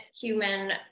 human